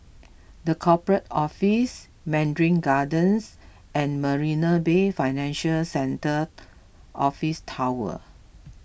the Corporate Office Mandarin Gardens and Marina Bay Financial Centre Office Tower